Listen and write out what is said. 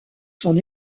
son